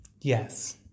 Yes